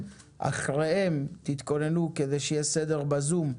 אחריהם תתכוננו כדי שיהיה סדר בזום,